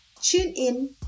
TuneIn